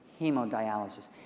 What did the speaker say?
hemodialysis